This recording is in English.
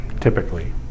typically